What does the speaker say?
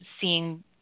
seeing